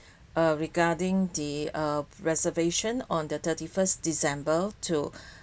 uh regarding the uh reservation on the thirty-first december to